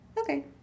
Okay